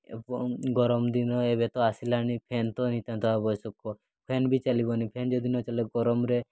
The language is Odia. ଏବଂ ଗରମ ଦିନ ଏବେ ତ ଆସିଲାଣି ଫ୍ୟାନ୍ ତ ନିତାନ୍ତ ଆବଶ୍ୟକ ଫ୍ୟାନ୍ ବି ଚାଲିବନି ଫ୍ୟାନ୍ ଯଦି ନ ଚାଲିଲେ ଗରମରେ